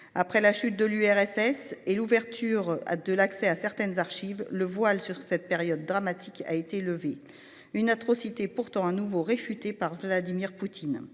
Après la chute de l'URSS et l'ouverture à de l'accès à certaines archives le voile sur cette période dramatique, a été levée une atrocité pourtant à nouveau réfuté par Vladimir Poutine